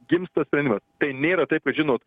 gimsta sprendimas tai nėra taip kad žinot